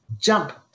jump